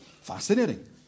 Fascinating